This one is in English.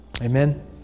Amen